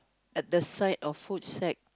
at the side of food shack